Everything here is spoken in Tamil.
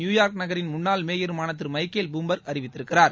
நியூயார்க் நகரின் முன்னாள் மேயருமான திரு மைக்கேல் பூம்பர்க் அறிவித்திருக்கிறார்